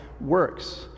works